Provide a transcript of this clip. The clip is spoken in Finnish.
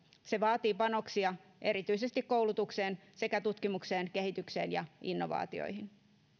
se vaatii panoksia erityisesti koulutukseen sekä tutkimukseen kehitykseen ja innovaatioihin